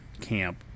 camp